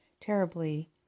Terribly